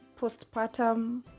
postpartum